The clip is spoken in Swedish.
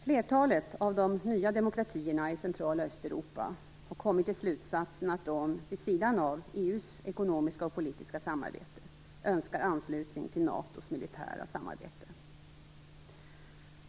Flertalet av de nya demokratierna i Central och Östeuropa har kommit till slutsatsen att de vid sidan av EU:s ekonomiska och politiska samarbete önskar anslutning till NATO:s militära samarbete.